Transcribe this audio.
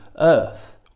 earth